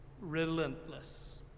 relentless